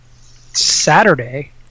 Saturday